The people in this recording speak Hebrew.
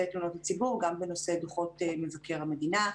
תלונות הציבור וגם בנושא דוחות מבקר המדינה.